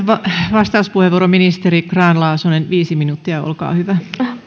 vastauspuheenvuoro ministeri grahn laasonen viisi minuuttia olkaa hyvä